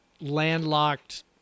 landlocked